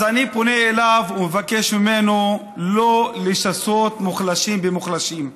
אז אני פונה אליו ומבקש ממנו שלא לשסות מוחלשים במוחלשים.